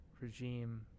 regime